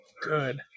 good